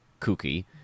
kooky